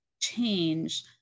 change